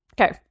Okay